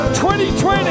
2020